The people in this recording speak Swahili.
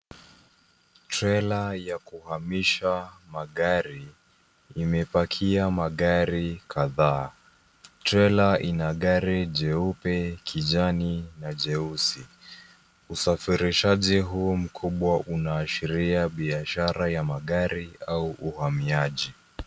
Trela ya kuhamisha magari, imepakia magari kadhaa. Trela ina gari jeupe, kijani na jeusi. Usafirishaji huu mkubwa unaashiria biashara ya magari au uhamiaji.